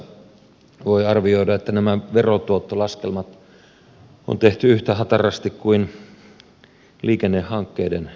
kilometrikorvauslaskennassa voi arvioida että nämä verotuottolaskelmat on tehty yhtä hatarasti kuin liikennehankkeiden laskenta